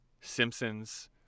simpsons